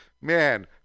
man